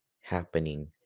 happening